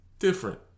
different